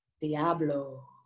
Diablo